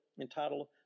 entitled